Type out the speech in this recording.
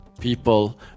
people